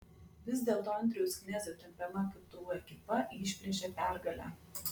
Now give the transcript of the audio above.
vis dėlto andriaus knezio tempiama ktu ekipa išplėšė pergalę